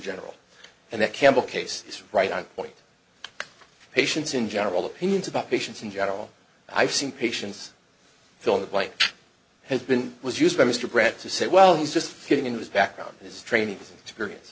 general and that campbell case is right on point patients in general opinions about patients in general i've seen patients feel that life has been was used by mr grech to say well he's just getting into his background his training experience